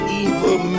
evil